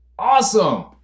Awesome